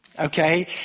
okay